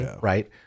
right